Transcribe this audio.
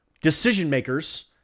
decision-makers